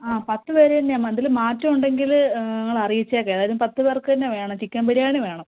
ആ പത്ത് പേര് തന്നെയാണ് അതിൽ മാറ്റം ഉണ്ടെങ്കിൽ ഞങ്ങൾ അറിയിച്ചേക്കാം ഏതായാലും പത്ത് പേർക്ക് തന്നെ വേണം ചിക്കൻ ബിരിയാണി വേണം